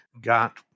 got